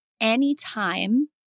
Anytime